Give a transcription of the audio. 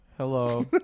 Hello